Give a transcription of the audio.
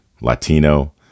Latino